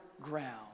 ground